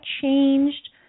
changed